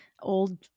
old